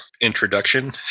introduction